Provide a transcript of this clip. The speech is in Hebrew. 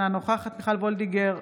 אינה נוכחת מיכל וולדיגר,